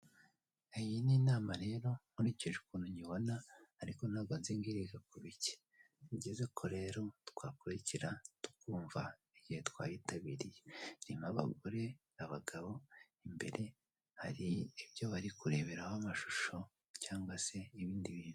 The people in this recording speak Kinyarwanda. Iyi ni inama rero nkurikije ukuntu nkibona ariko ntabwo nzi ngo iriga ku biki. Ni byiza ko rero twakurikira tukumva igihe twayitabiriye. Irimo abagore, abagabo imbere hari ibyo bari kureberaho amashusho cyangwa se ibindi bintu.